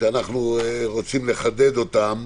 שאנחנו רוצים לחדד אותן